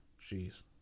Jeez